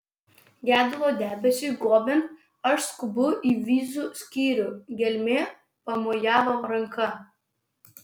gedulo debesiui gobiant aš skubu į vizų skyrių gelmė pamojavo ranka